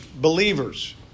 believers